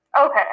Okay